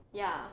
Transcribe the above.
ya